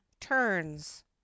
TURNS